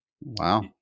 Wow